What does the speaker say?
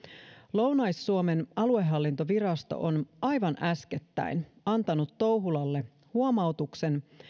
lounais suomen aluehallintovirasto on aivan äskettäin antanut touhulalle huomautuksen